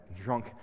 drunk